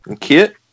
Kit